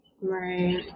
Right